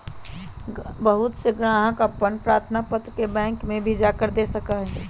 बहुत से ग्राहक अपन प्रार्थना पत्र के बैंक में भी जाकर दे सका हई